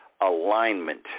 alignment